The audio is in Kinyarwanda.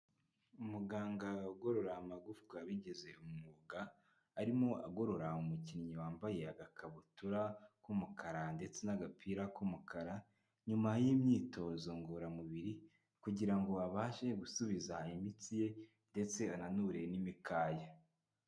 Umuganga ugorora amagufwa wabigize umwuga, arimo agorora umukinnyi wambaye agakabutura k'umukara ndetse n'agapira k'umukara, nyuma y'imyitozo ngororamubiri kugirango ngo abashe gusubiza imitsi ye ndetse ananure n'imikaya.